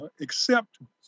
acceptance